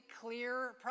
clear